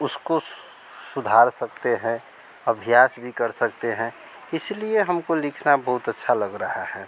उसको सु सुधार सकते हैं अभ्यास भी कर सकते हैं इसलिए हमको लिखना बहुत अच्छा लग रहा है